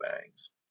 bangs